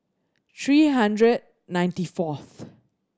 three hundred ninety fourth